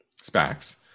SPACs